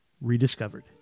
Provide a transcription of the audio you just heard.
rediscovered